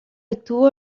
estuvo